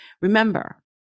Remember